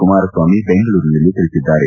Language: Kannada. ಕುಮಾರಸ್ವಾಮಿ ಬೆಂಗಳೂರಿನಲ್ಲಿಂದು ತಿಳಿಸಿದ್ದಾರೆ